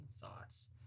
thoughts